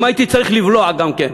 ומה הייתי צריך לבלוע גם כן,